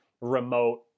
remote